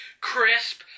crisp